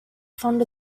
fond